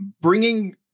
bringing